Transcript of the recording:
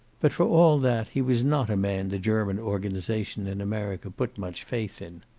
but, for all that, he was not a man the german organization in america put much faith in.